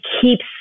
keeps